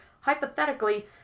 hypothetically